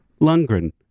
Lundgren